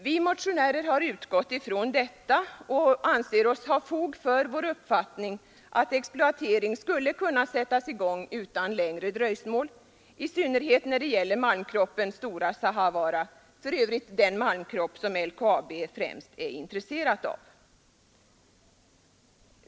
Vi motionärer har utgått från detta och anser oss alltså ha fog för vår uppfattning att exploatering skulle kunna sättas i gång utan längre dröjsmål, i synnerhet när det gäller malmkroppen Stora Sahavaara, för övrigt den malmkropp som LKAB främst är intresserat av.